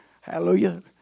Hallelujah